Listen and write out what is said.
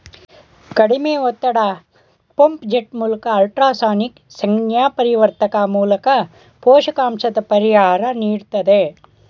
ಕಡಿಮೆ ಒತ್ತಡ ಪಂಪ್ ಜೆಟ್ಮೂಲ್ಕ ಅಲ್ಟ್ರಾಸಾನಿಕ್ ಸಂಜ್ಞಾಪರಿವರ್ತಕ ಮೂಲ್ಕ ಪೋಷಕಾಂಶದ ಪರಿಹಾರ ನೀಡ್ತದೆ